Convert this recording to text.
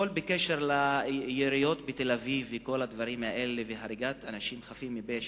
בקשר ליריות בתל-אביב וכל הדברים האלה והריגת אנשים חפים מפשע.